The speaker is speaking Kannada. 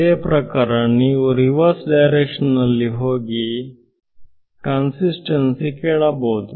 ಇದೇ ಪ್ರಕಾರ ನೀವು ರಿವರ್ಸ್ ಡೈರೆಕ್ಷನ್ ನಲ್ಲಿ ಹೋಗಿ ಕನ್ಸಿಸ್ತೆನ್ಸಿ ಕೇಳಬಹುದು